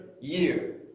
year